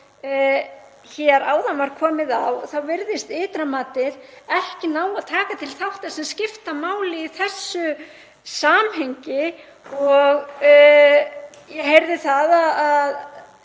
hér var komið inn á áðan þá virðist ytra matið ekki ná að taka til þátta sem skipta máli í þessu samhengi og ég heyrði það að